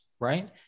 right